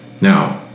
now